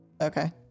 okay